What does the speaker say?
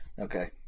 okay